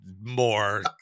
more